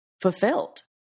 fulfilled